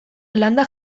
landa